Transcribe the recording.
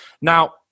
Now